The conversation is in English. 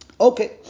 Okay